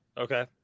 Okay